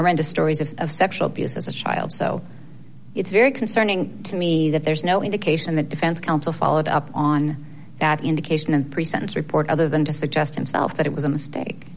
horrendous stories of of sexual abuse as a child so it's very concerning to me that there's no indication the defense counsel followed up on that indication and pre sentence report other than to suggest himself that it was a mistake